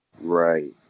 Right